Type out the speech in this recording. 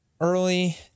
early